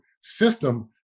system